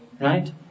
right